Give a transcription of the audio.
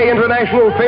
International